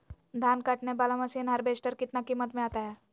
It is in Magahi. धान कटने बाला मसीन हार्बेस्टार कितना किमत में आता है?